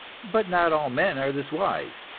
but not all men are this wise,